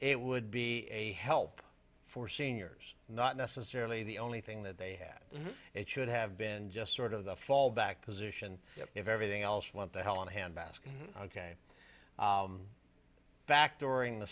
it would be a help for seniors not necessarily the only thing that they had it should have been just sort of the fallback position if everything else went to hell in a handbasket back during the